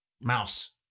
mouse